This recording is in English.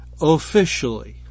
officially